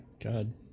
God